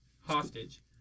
Hostage